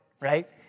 right